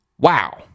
Wow